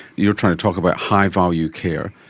you're trying to talk about high-value care.